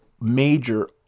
major